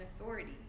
authority